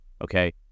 okay